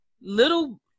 little